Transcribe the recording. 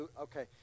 okay